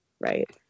Right